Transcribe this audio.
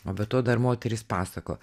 o be to dar moterys pasako